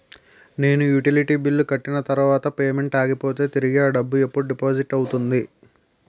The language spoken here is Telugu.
నేను యుటిలిటీ బిల్లు కట్టిన తర్వాత పేమెంట్ ఆగిపోతే తిరిగి అ డబ్బు ఎప్పుడు డిపాజిట్ అవుతుంది?